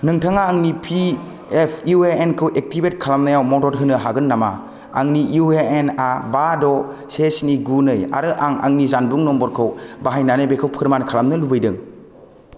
नोंथाङा आंनि P F U A N खौ एक्टिभेट खालामनायाव मदद होनो हागोन नामा आंनि इउ ए एन आ बा द' से स्नि गु नै आरो आं आंनि जानबुं नम्बरखौ बाहायनानै बेखौ फोरमान खालामनो लुबैदों